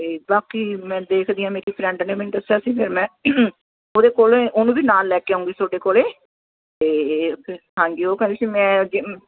ਅਤੇ ਬਾਕੀ ਮੈਂ ਦੇਖਦੀ ਹਾਂ ਮੇਰੀ ਫਰੈਂਡ ਨੇ ਮੈਨੂੰ ਦੱਸਿਆ ਸੀ ਫਿਰ ਮੈਂ ਉਹਦੇ ਕੋਲ ਉਹਨੂੰ ਵੀ ਨਾਲ ਲੈ ਕੇ ਆਉਂਗੀ ਤੁਹਾਡੇ ਕੋਲ ਅਤੇ ਹਾਂਜੀ ਉਹ ਕਹਿੰਦੀ ਸੀ ਮੈਂ ਜਿੰਮ